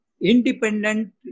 independent